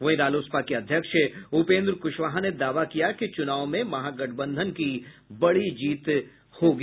वहीं रालोसपा के अध्यक्ष उपेन्द्र कुशवाहा ने दावा किया कि चुनाव में महागठबंधन बड़ी जीत दर्ज करेगा